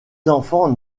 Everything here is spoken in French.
enfants